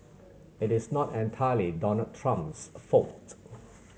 it is not entirely Donald Trump's fault